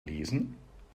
lesen